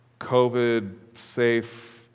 COVID-safe